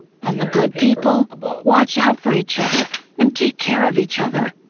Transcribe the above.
and the good people watch out for each other and take care of each other.